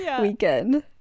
weekend